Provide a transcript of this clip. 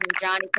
Johnny